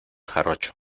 jarocho